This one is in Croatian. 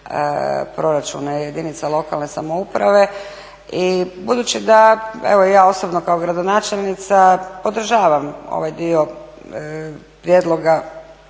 proračune jedinica lokalne samouprave. I budući da, evo i ja osobno kao gradonačelnica podržavam ovaj dio prijedloga